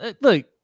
Look